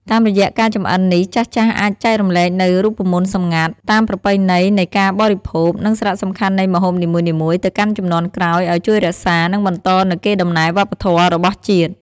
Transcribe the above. តាមរយៈការចម្អិននេះចាស់ៗអាចចែករំលែកនូវរូបមន្តសម្ងាត់ តាមប្រពៃណីនៃការបរិភោគ និងសារៈសំខាន់នៃម្ហូបនីមួយៗទៅកាន់ជំនាន់ក្រោយអោយជួយរក្សា និងបន្តនូវកេរដំណែលវប្បធម៌របស់ជាតិ ។